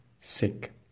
sick